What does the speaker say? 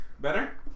Better